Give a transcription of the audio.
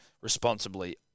responsibly